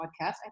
podcast